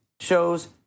shows